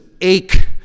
ache